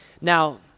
Now